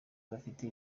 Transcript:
bafite